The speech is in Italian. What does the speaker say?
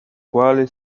quale